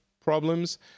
problems